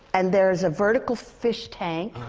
and there's a vertical fish tank.